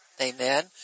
amen